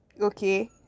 Okay